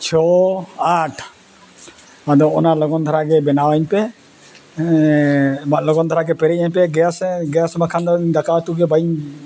ᱪᱷᱚ ᱟᱴ ᱟᱫᱚ ᱚᱱᱟ ᱞᱚᱜᱚᱱ ᱫᱷᱟᱨᱟ ᱜᱮ ᱵᱮᱱᱟᱣ ᱟᱹᱧ ᱯᱮ ᱢᱟ ᱞᱚᱜᱚᱱ ᱫᱷᱟᱨᱟ ᱜᱮ ᱯᱮᱨᱮᱡ ᱟᱹᱧ ᱯᱮ ᱜᱮᱥ ᱜᱮᱥ ᱵᱟᱠᱷᱟᱱ ᱫᱚ ᱫᱟᱠᱟ ᱩᱛᱩ ᱜᱮ ᱵᱟᱹᱧ